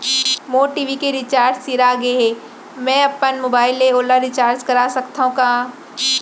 मोर TV के recharge सिरा गे हे, मैं अपन मोबाइल ले ओला रिचार्ज करा सकथव का?